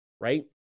right